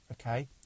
Okay